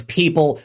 people